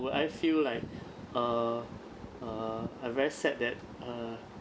would I feel like err err err very sad that uh